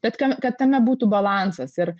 bet ką kad tame būtų balansas ir